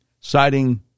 citing